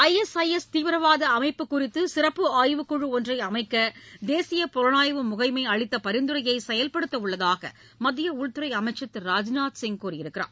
I S I S தீவிரவாத அமைப்பு குறித்து சிறப்பு ஆய்வுக்குழு ஒன்றை அமைக்க தேசிய புலனாய்வு முகமை அளித்த பரிந்துரையை செயல்படுத்தவுள்ளதாக மத்திய உள்துறை அமைச்சர் திரு ராஜ்நாத் சிங் கூறியிருக்கிறார்